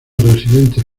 residentes